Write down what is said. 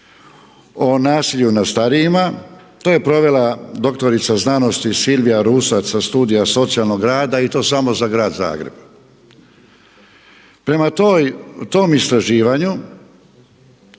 o nasilju nad starijima. To je provela doktorica znanosti Silvija Rusac sa Studija socijalnog rada i to samo za Grad Zagreb. Prema tom istraživanju